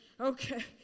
Okay